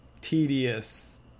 tedious